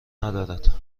ندارد